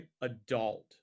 adult